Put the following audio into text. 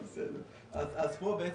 בעצם,